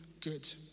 good